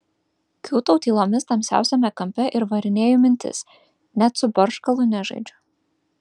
kiūtau tylomis tamsiausiame kampe ir varinėju mintis net su barškalu nežaidžiu